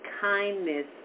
kindness